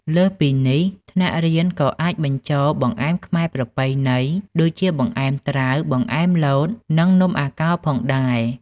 លើសពីនេះ ថ្នាក់រៀនក៏អាចបញ្ចូល បង្អែមខ្មែរប្រពៃណី ដូចជាបង្អែមត្រាវ បង្អែមលត និងនំអាកោផងដែរ។